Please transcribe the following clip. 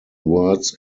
words